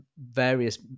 various